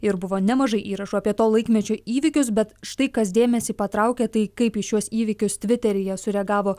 ir buvo nemažai įrašų apie to laikmečio įvykius bet štai kas dėmesį patraukė tai kaip į šiuos įvykius tviteryje sureagavo